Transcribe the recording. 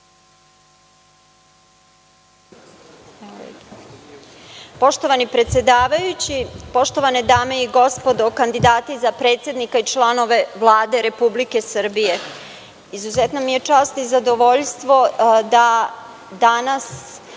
Poštovani predsedavajući, poštovane dame i gospodo, kandidati za predsednika i članove Vlade Republike Srbije, izuzetna mi je čast i zadovoljstvo da danas